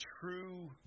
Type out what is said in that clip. true